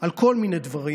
על כל מיני דברים,